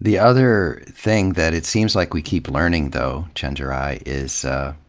the other thing that it seems like we keep learning though, chenjerai, is